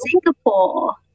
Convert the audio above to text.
Singapore